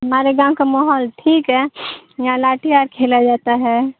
ہمارے گاؤں کا ماحول ٹھیک ہے یہاں لاٹیا کھیلا جاتا ہے